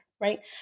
Right